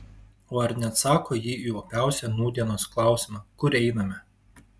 o ar neatsako ji į opiausią nūdienos klausimą kur einame